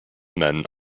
men